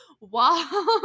Wow